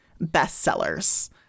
bestsellers